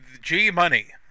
G-Money